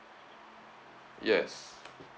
yes